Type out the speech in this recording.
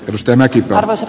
ristimäki vasat